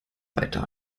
weiter